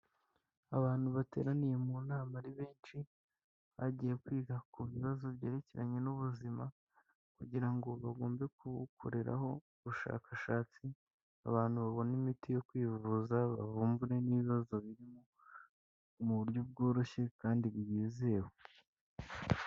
Abantu bateraniye mu nama ari benshi bagiye kwiga ku bibazo byerekeranye n'ubuzima kugira ngo bagombe kubukoreraho ubushakashatsi, abantu babona imiti yo kwivuza bavumbure n'ibibazo birimo mu buryo bworoshye kandi bwizewe.